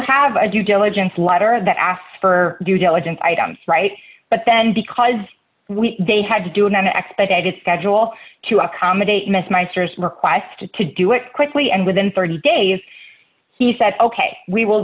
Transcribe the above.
have a due diligence letter that asks for due diligence items right but then because they had to do an expedited schedule to accommodate miss meisters requested to do it quickly and within thirty days he said ok we will